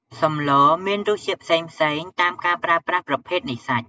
សម្លមានរសជាតិផ្សេងៗតាមការប្រើប្រាស់ប្រភេទនៃសាច់។